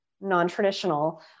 non-traditional